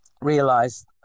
realized